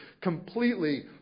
completely